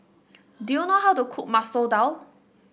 do you know how to cook Masoor Dal